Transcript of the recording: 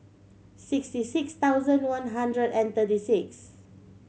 sixty six thousand one hundred and thirty six